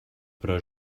però